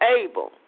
able